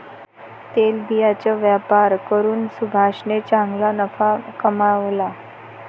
तेलबियांचा व्यापार करून सुभाषने चांगला नफा कमावला